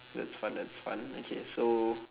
that's fun that's fun okay so